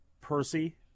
Percy